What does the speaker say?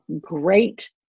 great